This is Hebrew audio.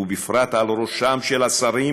ובפרט על ראשם של השרים,